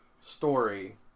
story